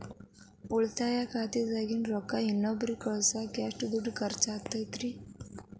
ಉಳಿತಾಯ ಖಾತೆದಾಗಿನ ರೊಕ್ಕ ಇನ್ನೊಬ್ಬರಿಗ ಕಳಸಾಕ್ ಎಷ್ಟ ದುಡ್ಡು ಖರ್ಚ ಆಗ್ತೈತ್ರಿ?